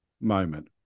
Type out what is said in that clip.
moment